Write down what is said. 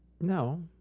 No